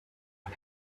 von